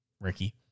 Ricky